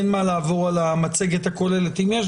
אין מה לעבור על המצגת הכוללת אלא אם יש